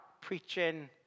preaching